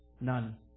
None